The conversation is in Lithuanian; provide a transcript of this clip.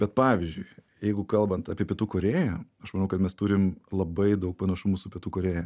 bet pavyzdžiui jeigu kalbant apie pietų korėją aš manau kad mes turim labai daug panašumų su pietų korėja